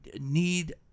need